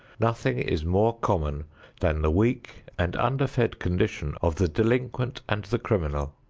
nothing is more common than the weak and underfed condition of the delinquent and the criminal.